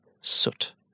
soot